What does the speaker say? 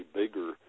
bigger